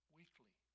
weekly